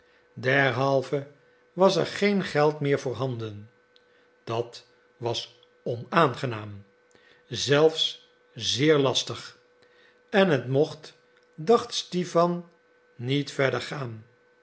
derhalve was er geen geld meer voorhanden dat was onaangenaam zelfs zeer lastig en het mocht dacht stipan niet verder gaan